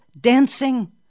dancing